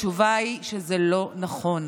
התשובה היא שזה לא נכון.